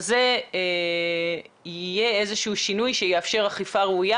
הזה יהיה איזה שהוא שינוי שיאפשר אכיפה ראויה